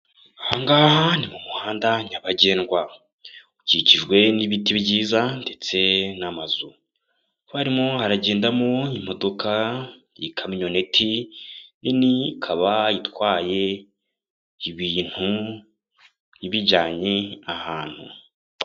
Aha ngaha ni mu muhanda nyabagendwa ukikijwe n'ibiti byiza ndetse n'amazu, hakaba harimo hagendamo imodoka y'ikamyoneti nini ikaba itwaye ibintu ibijyanye ahantu.